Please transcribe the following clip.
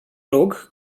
rog